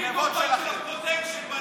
הוא קורבן של הפרוטקשן והגנבות שלכם,